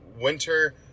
winter